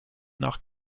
nach